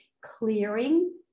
clearing